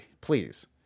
please